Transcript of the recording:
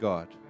God